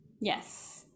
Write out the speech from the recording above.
yes